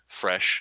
fresh